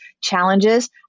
challenges